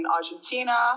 Argentina